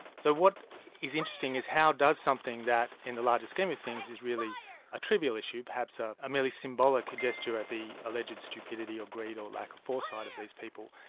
so what is interesting is how does something that in the larger scheme of things is really a trivial issue, perhaps ah a merely symbolic gesture at the alleged stupidity or greed or lack of foresight of these people,